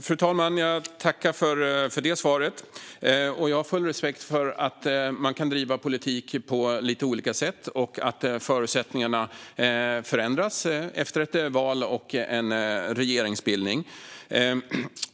Fru talman! Jag tackar för svaret, och jag har full respekt för att man kan driva politik på lite olika sätt och att förutsättningarna förändras efter ett val och en regeringsbildning.